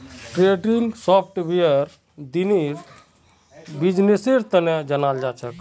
trending सॉफ्टवेयरक दिनेर बिजनेसेर तने जनाल जाछेक